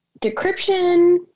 decryption